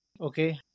Okay